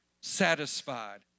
satisfied